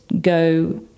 go